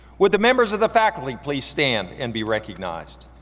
would the members of the faculty please stand and be recognized?